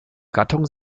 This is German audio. gattung